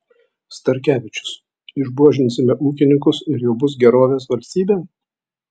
starkevičius išbuožinsime ūkininkus ir jau bus gerovės valstybė